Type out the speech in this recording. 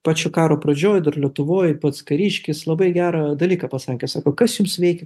pačio karo pradžioj dar lietuvoj pats kariškis labai gerą dalyką pasakė sakau kas jums veikia